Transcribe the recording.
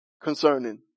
concerning